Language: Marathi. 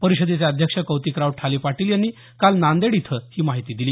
परिषदेचे अध्यक्ष कौतिकराव ठाले पाटील यांनी काल नांदेड इथं ही माहिती दिली